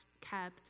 kept